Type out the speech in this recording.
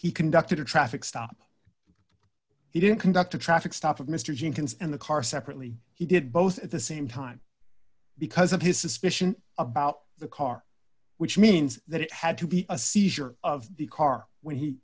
he conducted a traffic stop he didn't conduct a traffic stop with mr jenkins and the car separately he did both at the same time because of his suspicion about the car which means that it had to be a seizure of the car when he